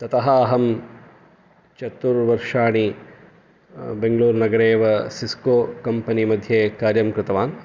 ततः अहं चतुर्वर्षाणि बेङ्गलुर्नगरे एव सिस्को कम्पनी मध्ये कार्यं कृतवान्